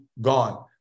gone